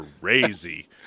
crazy